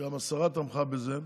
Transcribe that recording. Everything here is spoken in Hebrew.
וגם השרה תמכה בזה,